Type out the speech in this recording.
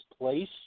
place